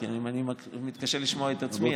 כי אם אני מתקשה לשמוע את עצמי,